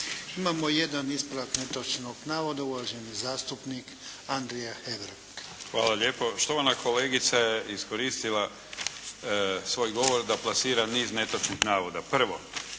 Imamo jedan ispravak netočnog navoda, uvaženi zastupnik Andrija Hebrang. **Hebrang, Andrija (HDZ)** Hvala lijepo. Štovana kolegica je iskoristila svoj govor da plasira niz netočnih navoda. Prvo,